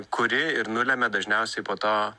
kuri ir nulemia dažniausiai po to